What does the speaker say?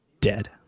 dead